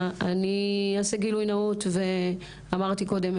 אני אעשה גילוי נאות ואמרתי קודם,